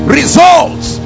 results